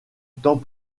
temps